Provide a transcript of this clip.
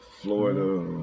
Florida